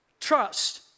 trust